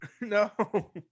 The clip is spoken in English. No